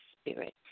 Spirit